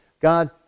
God